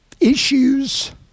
issues